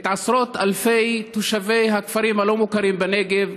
את עשרות אלפי תושבי הכפרים הלא-מוכרים בנגב,